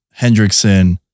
Hendrickson